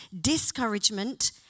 Discouragement